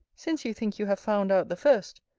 since you think you have found out the first,